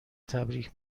تبریک